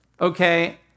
Okay